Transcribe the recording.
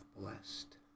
blessed